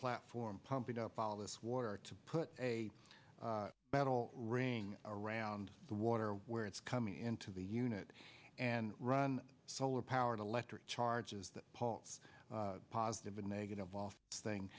platform pumping up all this water to put a metal ring around the water where it's coming into the unit and run solar powered electric charges that pulse positive and negative off thing